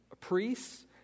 priests